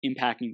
impacting